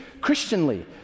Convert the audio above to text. Christianly